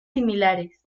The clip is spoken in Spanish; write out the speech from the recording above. similares